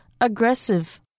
aggressive